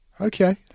Okay